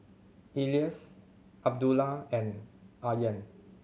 Elyas Abdullah and Aryan